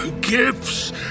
Gifts